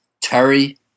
Terry